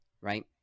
right